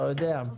אתה יודע.